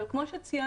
אבל כמו שציינתי,